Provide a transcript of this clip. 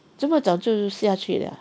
怎么早就下去 liao ah